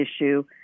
issue